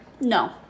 No